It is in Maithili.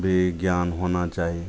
भी ज्ञान होना चाही